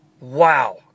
Wow